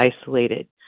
isolated